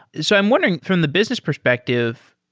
so i'm wondering, from the business perspective,